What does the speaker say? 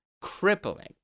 Crippling